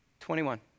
21